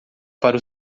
para